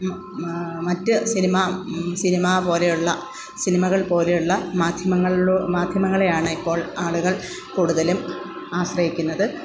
മറ്റ് cinema cinema പോലെയുള്ള സിനിമകൾ പോലെയുള്ള മാധ്യമങ്ങൾ മാധ്യമങ്ങളെയാണിപ്പോൾ ആളുകൾ കൂടുതലും ആശ്രയിക്കുന്നത്